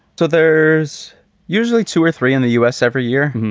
so there's usually two or three in the u s. every year.